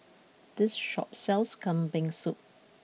this shop sells Kambing Soup